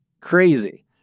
crazy